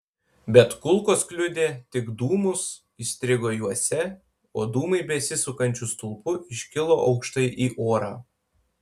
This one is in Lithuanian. bet kulkos kliudė tik dūmus įstrigo juose o dūmai besisukančiu stulpu iškilo aukštai į orą